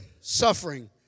suffering